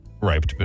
Ripe